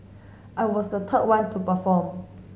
I was the third one to perform